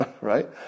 Right